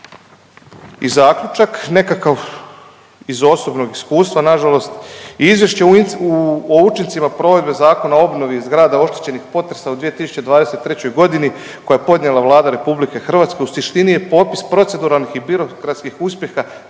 I zaključak nekakav iz osobnog iskustva, nažalost. Izvješće o učincima provedbe Zakona o obnovi zgrada oštećenih potresom u 2023. godini koja je podnijela Vlada RH u suštini je popis proceduralnih i birokratskih uspjeha